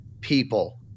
people